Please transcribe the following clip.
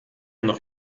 noch